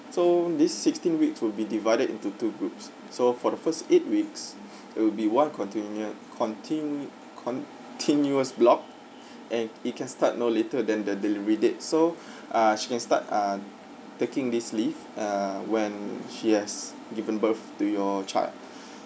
so these sixteen weeks will be divided into two groups so for the first eight weeks it'll be one continuo~ continu~ continuous block and it can start no later than the delivery date so ah she can start ah taking this leave uh when she has given birth to your child